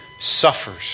suffers